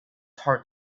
heart